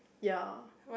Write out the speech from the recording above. ya